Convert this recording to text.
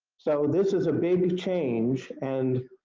so this is a big change and